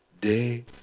day